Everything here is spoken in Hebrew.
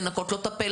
לנקות לו את הפה,